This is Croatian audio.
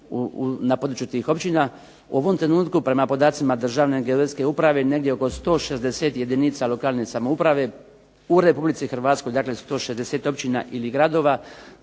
na području tih općina, u ovom trenutku prema podacima Državne geodetske uprave negdje oko 160 jedinica lokalne samouprave u Republici Hrvatskoj, dakle 160 općina ili gradova